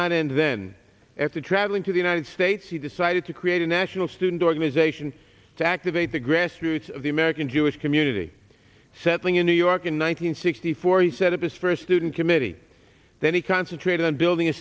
denied and then after traveling to the united states he decided to create a national student organization to activate the grassroots of the american jewish community settling in new york in one thousand nine hundred sixty four he set up his first student committee then he concentrated on building a